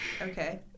Okay